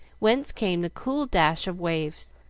whence came the cool dash of waves,